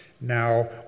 Now